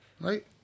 right